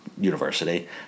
university